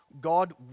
God